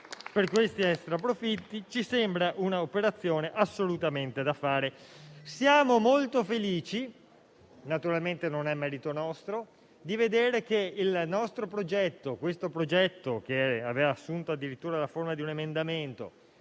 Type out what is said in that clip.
per questi extraprofitti ci sembra, pertanto, un'operazione assolutamente da fare. Siamo molto felici - naturalmente non è merito nostro - di vedere che il nostro progetto, che aveva assunto addirittura la forma di un emendamento